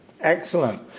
Excellent